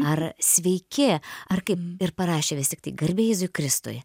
ar sveiki ar kaip ir parašė vis tiktai garbė jėzui kristui